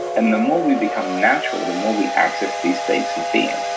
and the more we become natural, the more we access these states of being.